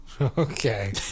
Okay